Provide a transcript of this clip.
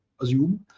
assume